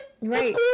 Right